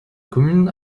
commune